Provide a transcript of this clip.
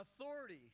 authority